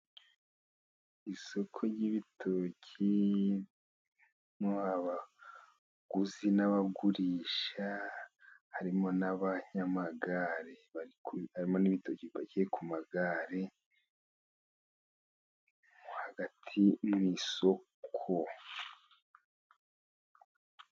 Isoko ry'ibitoki harimo abaguzi n'abagurisha, harimo n'abanyamagare, harimo n'ibitoki bipakiye ku magare, hagati mu isoko.